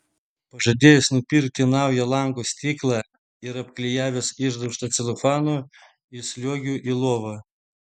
pažadėjęs nupirkti naują lango stiklą ir apklijavęs išdaužtą celofanu įsliuogiu į lovą